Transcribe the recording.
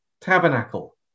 tabernacle